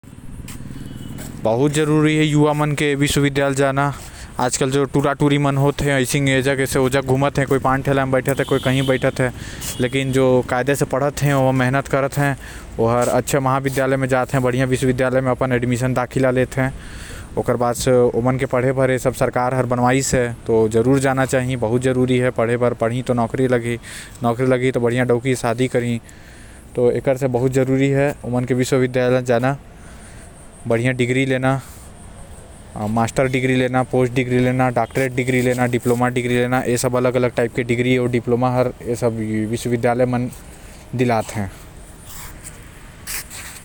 आज के लाइका मन ला बहुत जरूरी है महाविद्यालय जाना काबर कि आज के टूटा टूरी मन घुमत हे इधर उधर कभी पान ठेला त कभी इधर उधर साथ हे जो पढ़े वाला लाइका मन हे ओमन के भी ध्यान भटकते त ए जरूर होना चाही।